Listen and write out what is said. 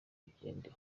urugendo